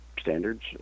standards